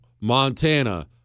Montana